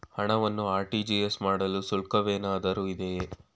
ಹಣವನ್ನು ಆರ್.ಟಿ.ಜಿ.ಎಸ್ ಮಾಡಲು ಶುಲ್ಕವೇನಾದರೂ ಇದೆಯೇ?